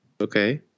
Okay